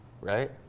right